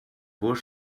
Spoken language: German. burj